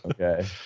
okay